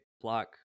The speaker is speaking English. block